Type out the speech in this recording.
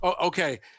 okay